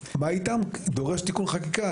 דורש תיקון חקיקה.